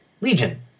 Legion